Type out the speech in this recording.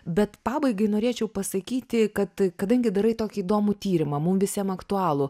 bet pabaigai norėčiau pasakyti kad kadangi darai tokį įdomų tyrimą mum visiem aktualų